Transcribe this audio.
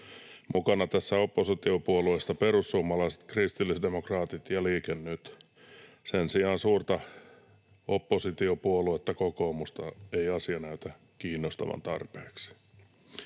Mukana tässä ovat oppositiopuolueista perussuomalaiset, kristillisdemokraatit ja Liike Nyt. Sen sijaan suurta oppositiopuoluetta, kokoomusta, ei asia näytä kiinnostavan tarpeeksi.